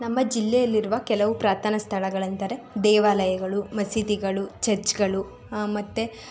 ನಮ್ಮ ಜಿಲ್ಲೆಯಲ್ಲಿರುವ ಕೆಲವು ಪ್ರಾರ್ಥನಾ ಸ್ಥಳಗಳೆಂದರೆ ದೇವಾಲಯಗಳು ಮಸೀದಿಗಳು ಚರ್ಚ್ಗಳು ಮತ್ತು